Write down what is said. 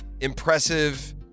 impressive